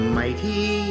mighty